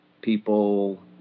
people